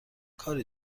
کاری